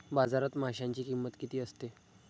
बाजारात माशांची किंमत किती असते?